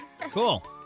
Cool